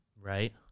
Right